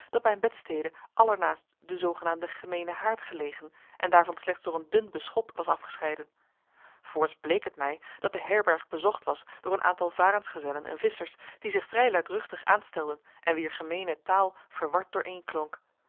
dat mijn bedstede allernaast den zoogenaamden gemeenen haard gelegen en daarvan slechts door een dun beschot was afgescheiden voorts bleek het mij dat de herberg bezocht was door een aantal varensgezellen en visschers die zich vrij luidruchtig aanstelden en wier gemeene taal verward dooreen klonk